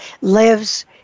lives